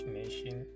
nation